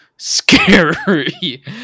Scary